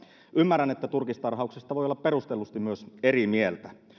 ymmärrän että turkistarhauksesta voi olla perustellusti myös eri mieltä